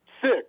six